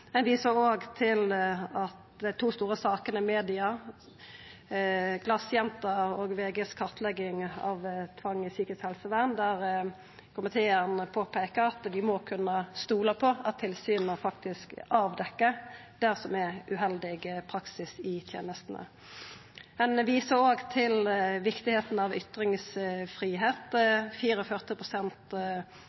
viser òg til dei to store sakene i media – «glasjenta» og VGs kartlegging av tvang i psykisk helsevern – og påpeikar at vi må kunna stola på at tilsyna faktisk avdekkjer uheldig praksis i tenestene. Komiteen viser òg til viktigheita av